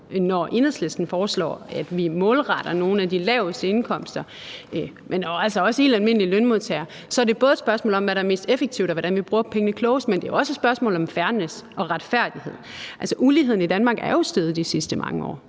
Når Enhedslisten foreslår, at vi målretter det til nogle af de laveste indkomster, men altså også helt almindelige lønmodtagere, så er det både et spørgsmål om, hvad der er mest effektivt, og om, hvordan vi bruger pengene klogest, men det er også et spørgsmål om fairness og retfærdighed. Uligheden i Danmark er jo steget de sidste mange år.